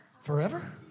Forever